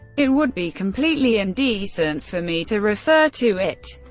it would be completely indecent for me to refer to it.